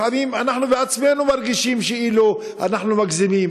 לפעמים אנחנו בעצמנו כאילו מגזימים.